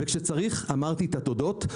כשצריך, אמרתי את התודות.